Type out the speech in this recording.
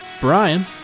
Brian